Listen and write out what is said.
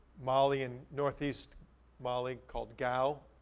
mali, in northeast mali called gao,